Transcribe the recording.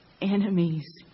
enemies